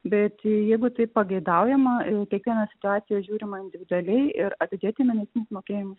bet jeigu tai pageidaujama jau kiekviena situacija žiūrima individualiai ir tikėtina mokėjimų